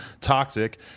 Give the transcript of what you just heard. toxic